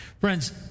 Friends